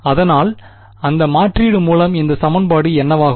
அதனால் அந்த மாற்றீடு மூலம் இந்த சமன்பாடு என்னவாகும்